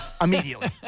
immediately